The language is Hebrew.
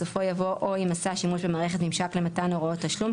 בסופו יבוא "או אם עשה שימוש במערכת ממשק למתן הוראות תשלום,